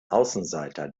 außenseiter